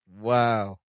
Wow